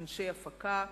אנשי הפקה.